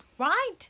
Right